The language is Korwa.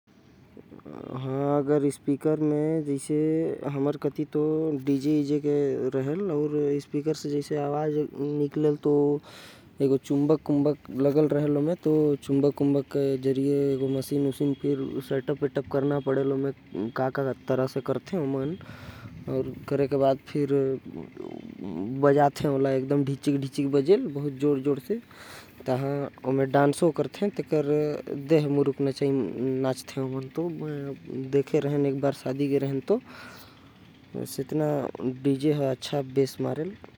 हमर कति तो डीजे बाजथे जेकर म चुम्बक लगे रहथे। थोड़ा सा सेटअप करे के बाद ओकर म गाना बजे लागथे। जेकर म लोग मन नाचथे।